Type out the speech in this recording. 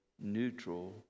neutral